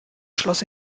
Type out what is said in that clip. schloß